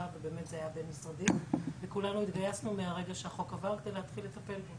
ובאמת זה היה בין-משרדי וכולנו התגייסנו מהרגע שהחוק עבר כדי להתחיל בו,